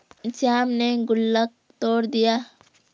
श्याम ने गुल्लक तोड़ दिया